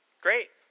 Great